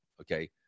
Okay